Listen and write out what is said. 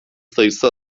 sayısı